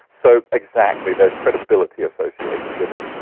so exactly, there is credibility associated with it.